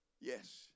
Yes